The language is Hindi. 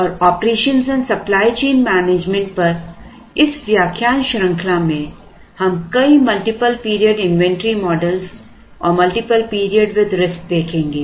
और operation and supply chain management पर इस व्याख्यान श्रृंखला में हम कई मल्टीपल पीरियड इन्वेंटरी मॉडल और मल्टीपल पीरियड विथ रिस्क देखेंगे